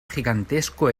gigantesco